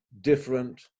different